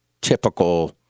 typical